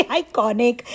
iconic